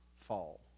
fall